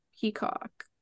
peacock